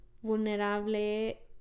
vulnerable